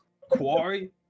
Quarry